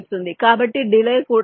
కాబట్టి డిలే కూడా ఎక్కువ